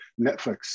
netflix